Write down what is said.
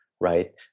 Right